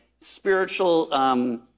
spiritual